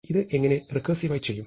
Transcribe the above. ഇത് എങ്ങനെ റെക്കേർസിവായി ചെയ്യും